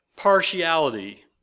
Partiality